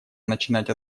начинать